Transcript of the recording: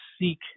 seek